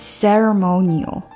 ceremonial